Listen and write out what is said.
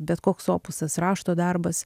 bet koks opusas rašto darbas